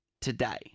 today